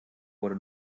wurde